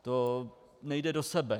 To nejde do sebe.